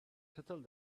kettle